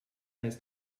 ist